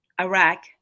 Iraq